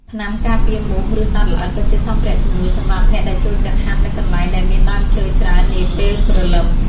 ថ្នាំការពារមូស ឬសត្វល្អិត ក៏ជាសម្ភារៈជំនួយសម្រាប់អ្នកដែលចូលចិត្តហាត់នៅកន្លែងដែលមានដើមឈើច្រើននាពេលព្រលឹម។